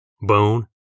bone